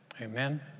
amen